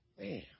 Man